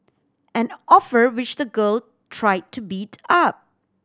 an offer which the girl try to beat up